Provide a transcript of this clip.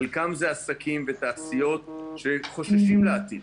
חלקם זה עסקים ותעשיות שחוששים לעתיד.